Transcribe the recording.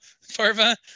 Farva